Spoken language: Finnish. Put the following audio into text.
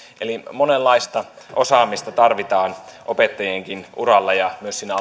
eli monenlaista osaamista tarvitaan opettajienkin uralla ja myös siinä